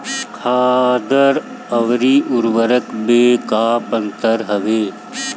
खादर अवरी उर्वरक मैं का अंतर हवे?